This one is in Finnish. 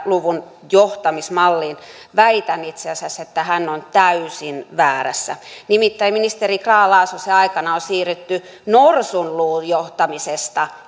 luvun johtamismalliin väitän itse asiassa että hän on täysin väärässä nimittäin ministeri grahn laasosen aikana on siirrytty norsunluujohtamisesta